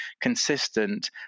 consistent